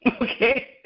okay